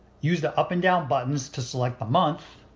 use the up and down buttons to select a month